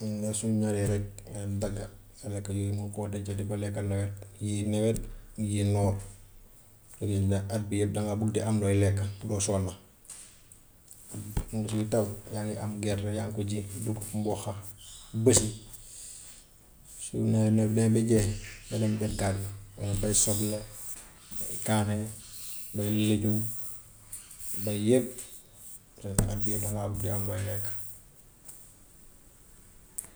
noonu suñ ñoree rek ngeen dagga, daanaka yooyu mun nga koo denc di ko lekka nawet, yii nawet, yii noor, léegi nag at bi yëpp danga bugg di am looy lekk loo soxla. Moom suy taw yaa ngi am gerte yaa ngi ko ji dugub, mboqa, basi, su nawet nag demee ba jeex nga dem nga dem béy soble, béy kaane, béy lejum béy yëpp, te at bi yëpp danga bugg di am looy lekk.